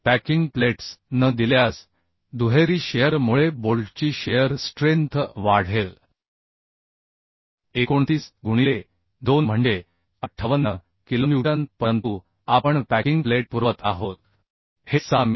packing plates न दिल्यास दुहेरी शिअर मुळे बोल्टची शिअर स्ट्रेंथ वाढेल 29 गुणिले 2 म्हणजे 58 किलोन्यूटन परंतु आपण पॅकिंग प्लेट पुरवत आहोत हे 6 मि